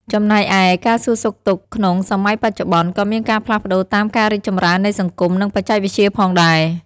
ចំណែកឯ ការសួរសុខទុក្ខក្នុងសម័យបច្ចុប្បន្ន ក៏មានការផ្លាស់ប្ដូរតាមការរីកចម្រើននៃសង្គម និងបច្ចេកវិទ្យាផងដែរ។